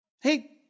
Hey